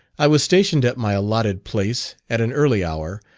i was stationed at my allotted place, at an early hour,